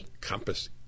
compass